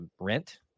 rent